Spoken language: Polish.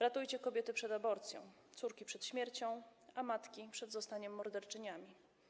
Ratujcie kobiety przed aborcją, córki przed śmiercią, a matki przed staniem się morderczyniami.